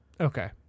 Okay